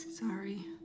Sorry